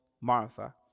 Martha